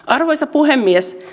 arvoisa puhemies